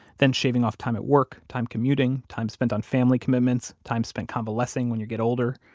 then shaving off time at work, time commuting, time spent on family commitments, time spent convalescing when you get older.